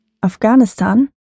Afghanistan